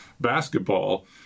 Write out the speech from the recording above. basketball